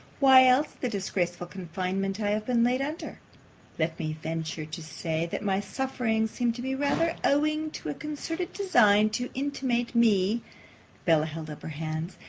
why else the disgraceful confinement i have been laid under let me venture to say, that my sufferings seem to be rather owing to a concerted design to intimidate me bella held up her hands,